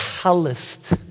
calloused